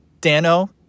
Dano